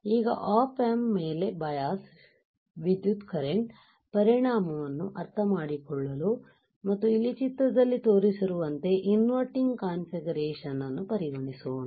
ಈಗ op amp ಮೇಲೆ bias ವಿದ್ಯುತ್ ಕರೆಂಟ್ ಪರಿಣಾಮವನ್ನು ಅರ್ಥಮಾಡಿಕೊಳ್ಳಲು ಮತ್ತು ಇಲ್ಲಿ ಚಿತ್ರದಲ್ಲಿ ತೋರಿಸಿರುವಂತೆ ಇನ್ವರ್ಟಿಂಗ್ ಕಾನ್ಫಿಗರೇಶನ್ ಅನ್ನು ಪರಿಗಣಿಸೋಣ